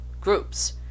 groups